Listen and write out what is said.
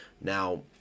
Now